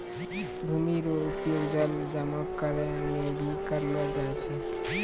भूमि रो उपयोग जल जमा करै मे भी करलो जाय छै